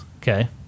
okay